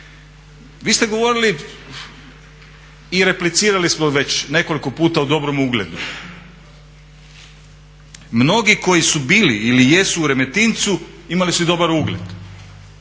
Vi ste govorili i replicirali smo već nekoliko puta o dobrom ugledu, mnogi koji su bili ili jesu u Remetincu imali su i dobar ugled.